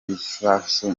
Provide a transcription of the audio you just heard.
bisasu